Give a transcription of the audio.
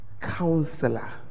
counselor